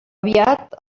aviat